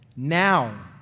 Now